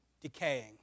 decaying